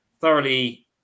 thoroughly